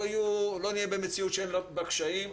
לא נהיה במציאות שאין בה קשיים,